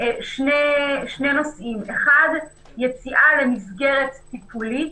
שני נושאים: אחד, יציאה למסגרת טיפולית,